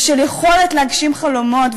ושל יכולת להגשים חלומות,